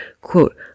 quote